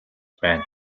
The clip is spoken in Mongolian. байна